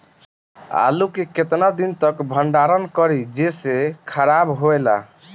आलू के केतना दिन तक भंडारण करी जेसे खराब होएला?